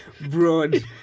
broad